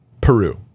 Peru